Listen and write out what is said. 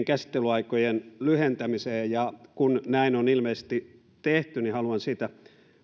käsittelyaikojen lyhentämiseen ja kun näin on ilmeisesti tehty niin haluan siitä